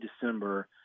December